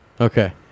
Okay